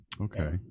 Okay